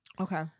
Okay